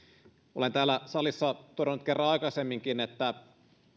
olen täällä salissa todennut kerran aikaisemminkin että